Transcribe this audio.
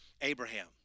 Abraham